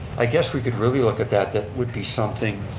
i guess we could really look at that, that would be something,